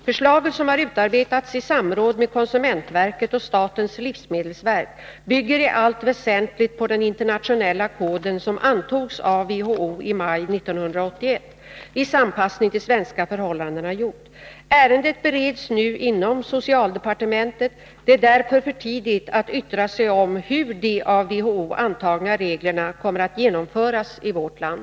Förslaget, som har utarbetats i samråd med konsumentverket och statens livsmedelsverk, bygger i allt väsentligt på den internationella koden, som antogs av WHO i maj 1981. Viss anpassning till svenska förhållanden har gjorts. Ärendet bereds nu inom socialdepartementet. Det är därför för tidigt att yttra sig om hur de av WHO antagna reglerna kommer att genomföras i vårt land.